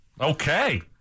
Okay